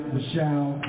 Michelle